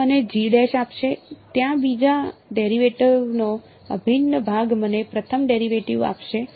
તે મને G' આપશે ત્યાં બીજા ડેરિવેટિવનો અભિન્ન ભાગ મને પ્રથમ ડેરિવેટિવ આપશે